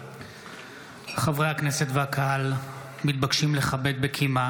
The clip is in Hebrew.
חברי הכנסת והקהל מתבקשים לכבד בקימה